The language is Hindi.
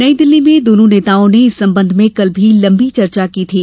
नई दिल्ली में दोनों नेताओं ने इस संबंध में कल भी लम्बी चर्चा की थी